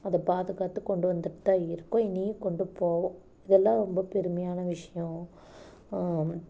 அதை பாதுகாத்து கொண்டு வந்துகிட்டு தான் இருக்கோம் இனியும் கொண்டு போவோம் இதெல்லாம் ரொம்ப பெருமையான விஷயோம்